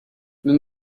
nous